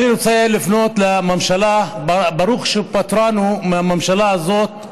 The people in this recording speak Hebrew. אני רוצה לפנות לממשלה: ברוך שפטרנו מהממשלה הזאת,